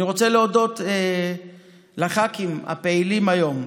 אני רוצה להודות לחברי הכנסת הפעילים היום,